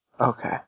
Okay